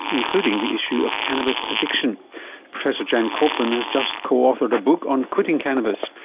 including the issue of cannabis addiction professor jan copeland has just co-authored a book on quitting cannabis.